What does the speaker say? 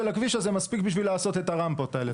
הכביש הזה מספיק כדי לעשות את הרמפות האלה.